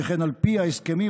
שכן על פי ההסכמים,